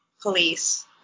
police